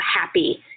happy